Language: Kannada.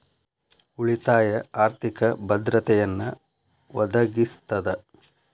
ಉಳಿತಾಯ ಆರ್ಥಿಕ ಭದ್ರತೆಯನ್ನ ಒದಗಿಸ್ತದ